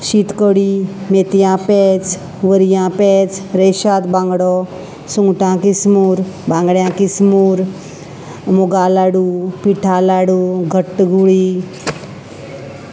शीतकडी मेतयां पेज वरयां पेज रेशाद बांगडो सुंगटां किसमूर बांगड्यां किसमूर मुगा लाडू पिठा लाडू घट्टगुळी